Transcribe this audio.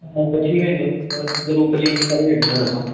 हा हा उहो थी वेंदो रूप चेंज करे वठंदासीं असां